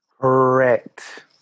Correct